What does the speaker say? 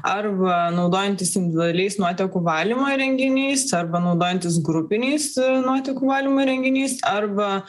arba naudojantis individualiais nuotekų valymo įrenginiais arba naudojantis grupiniais nuotekų valymo įrenginiais arba